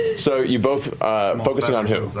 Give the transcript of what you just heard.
so you both focusing on who?